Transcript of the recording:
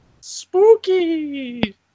Spooky